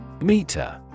Meter